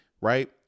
right